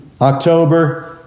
October